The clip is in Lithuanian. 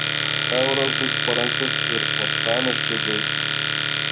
euras bus parankus ir uostamiesčio zuikiams